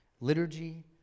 Liturgy